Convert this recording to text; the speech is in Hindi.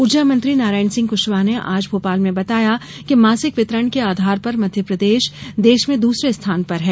ऊर्जा मंत्री नारायण सिंह कृश्वाह ने आज भोपाल में बताया कि मासिक वितरण के आधार पर मध्यप्रदेश देश में दूसरे स्थान पर है